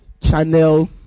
channel